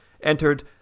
entered